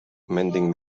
mending